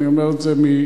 אני אומר את זה מבדיקה,